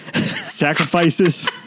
Sacrifices